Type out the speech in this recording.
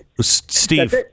Steve